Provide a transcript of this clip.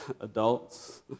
Adults